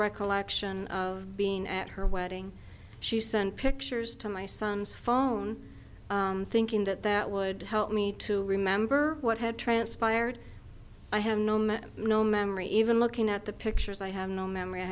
recollection of being at her wedding she sent pictures to my son's phone thinking that that would help me to remember what had transpired i have no money no memory even looking at the pictures i have no memory i